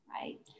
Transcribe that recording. right